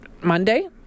Monday